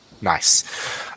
Nice